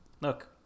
Look